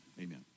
Amen